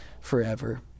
forever